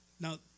Now